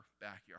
backyard